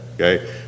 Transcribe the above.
okay